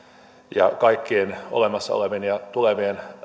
ja kaiken olemassa olevan ja tulevan